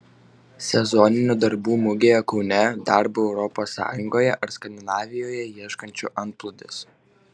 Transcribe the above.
sezoninių darbų mugėje kaune darbo europos sąjungoje ar skandinavijoje ieškančiųjų antplūdis